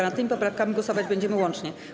Nad tymi poprawkami głosować będziemy łącznie.